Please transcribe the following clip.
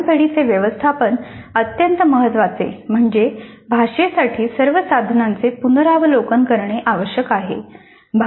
साधन पेढीचे व्यवस्थापन अत्यंत महत्त्वाचे म्हणजे भाषेसाठी सर्व साधनांचे पुनरावलोकन करणे आवश्यक आहे